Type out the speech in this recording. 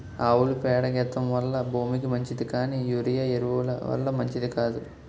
ఆవుల పేడ గెత్తెం వల్ల భూమికి మంచిది కానీ యూరియా ఎరువు ల వల్ల మంచిది కాదు